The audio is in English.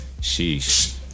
Sheesh